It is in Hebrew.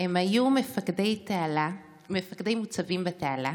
הם היו מפקדי מוצבים בתעלה,